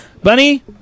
Bunny